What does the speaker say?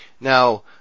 Now